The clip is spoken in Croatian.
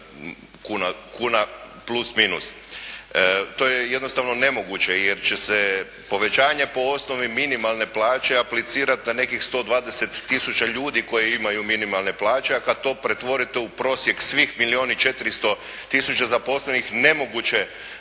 kuna plus minus. To je jednostavno nemoguće jer će se povećanje po osnovi minimalne plaće aplicirati na nekih 120 tisuća ljudi koji imaju minimalne plaće, a kada to pretvorite u prosjek svih milijun i 400 tisuća zaposlenih, nemoguće